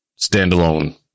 standalone